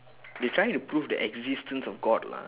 they trying to prove the existence of god lah